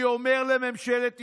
אני אומר לממשלת ישראל,